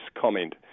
comment